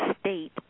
state